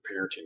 Parenting